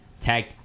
tag